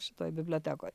šitoj bibliotekoj